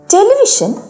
Television